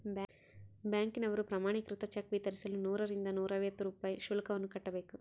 ಬ್ಯಾಂಕಿನವರು ಪ್ರಮಾಣೀಕೃತ ಚೆಕ್ ವಿತರಿಸಲು ನೂರರಿಂದ ನೂರೈವತ್ತು ರೂಪಾಯಿ ಶುಲ್ಕವನ್ನು ಕಟ್ಟಬೇಕು